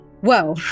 whoa